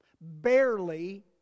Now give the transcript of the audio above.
barely